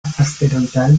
asteroidal